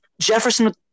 Jefferson